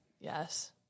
Yes